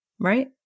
right